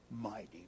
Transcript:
mighty